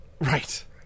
Right